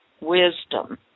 wisdom